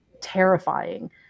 terrifying